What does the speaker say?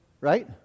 Right